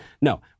No